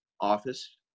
office